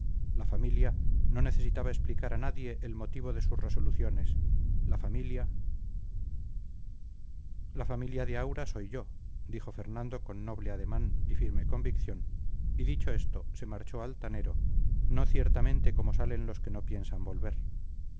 la familia no necesitaba explicar a nadie el motivo de sus resoluciones la familia la familia de aura soy yo dijo fernando con noble ademán y firme convicción y dicho esto se marchó altanero no ciertamente como salen los que no piensan volver